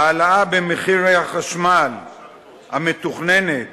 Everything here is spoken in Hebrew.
ההעלאה במחירי החשמל המתוכננת